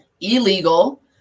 illegal